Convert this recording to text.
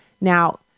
Now